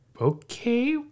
okay